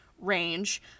range